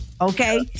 okay